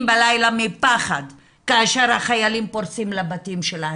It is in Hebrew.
בלילה מפחד כאשר החיילים פורצים לבתים שלהם.